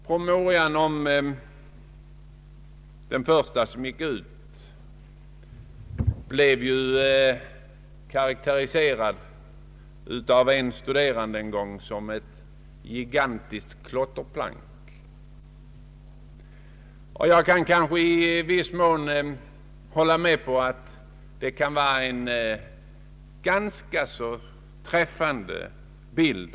Den första promemoria som gick ut blev en gång av en studerande karakteriserad som ett gigantiskt klotterplank — jag vill i viss mån hålla med om att det kan vara en ganska träffande bild.